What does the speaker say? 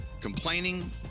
Complaining